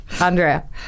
Andrea